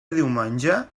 diumenge